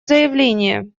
заявление